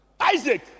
Isaac